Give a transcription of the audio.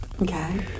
Okay